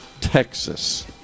Texas